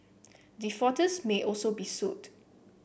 defaulters may also be sued